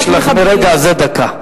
יש לך מרגע זה דקה.